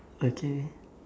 okay